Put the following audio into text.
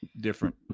different